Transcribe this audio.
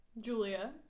julia